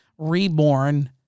reborn